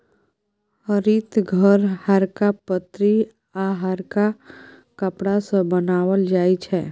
हरित घर हरका पन्नी आ हरका कपड़ा सँ बनाओल जाइ छै